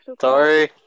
Sorry